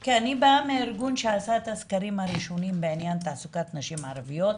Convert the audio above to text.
אני באה מארגון שעשה את הסקרים הראשונים בעניין תעסוקת נשים ערביות,